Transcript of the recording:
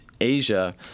Asia